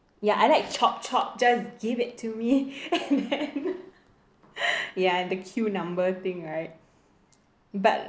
ya I like chop chop just give it to me ya the queue number thing right but